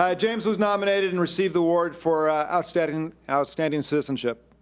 um james was nominated and received the award for outstanding outstanding citizenship.